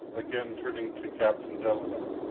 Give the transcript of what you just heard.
again turning to captain delano,